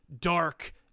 dark